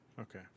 Okay